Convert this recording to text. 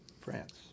France